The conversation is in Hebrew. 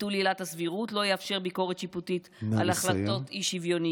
ביטול עילת הסבירות לא יאפשר ביקורת שיפוטית על החלטות אי-שוויוניות: